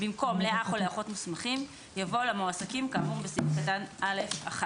במקום "לאח או לאחות מוסמכים" יבוא "למועסקים כאמור בסעיף קטן (א)(1)".